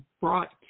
brought